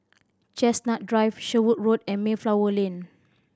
Chestnut Drive Sherwood Road and Mayflower Lane